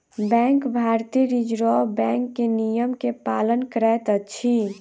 bank भारतीय reserve bank के नियम के पालन करैत अछि